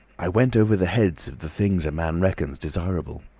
i went over the heads of the things a man reckons desirable.